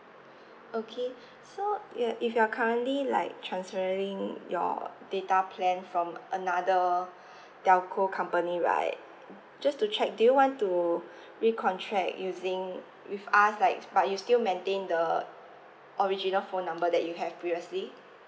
okay so you if you're currently like transferring your data plan from another telco company right just to check do you want to re-contract using with us like but you still maintain the original phone number that you have previously